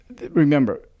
remember